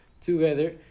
together